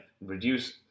reduce